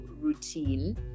routine